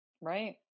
Right